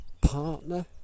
partner